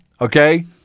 Okay